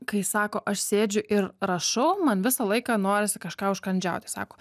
kai sako aš sėdžiu ir rašau man visą laiką norisi kažką užkandžiauti sako